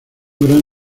gran